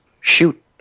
shoot